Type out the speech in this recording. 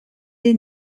est